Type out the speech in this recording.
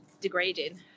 degrading